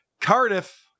Cardiff